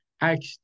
act